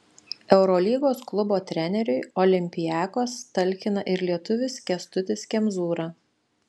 eurolygos klubo treneriui olympiakos talkina ir lietuvis kęstutis kemzūra